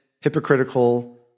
hypocritical